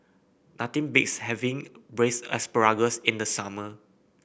nothing beats having Braised Asparagus in the summer